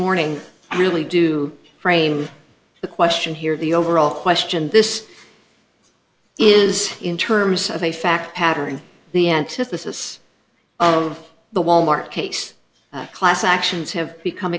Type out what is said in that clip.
morning i really do frame the question here the overall question this is in terms of a fact pattern the antithesis of the wal mart case class actions have become